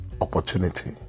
opportunity